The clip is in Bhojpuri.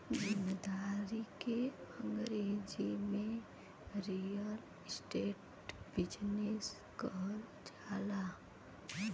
जमींदारी के अंगरेजी में रीअल इस्टेट बिजनेस कहल जाला